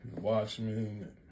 Watchmen